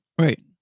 right